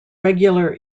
regular